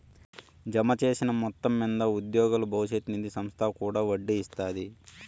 జమచేసిన మొత్తం మింద ఉద్యోగుల బవిష్యత్ నిది సంస్త కూడా ఒడ్డీ ఇస్తాది